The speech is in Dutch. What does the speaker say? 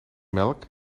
melk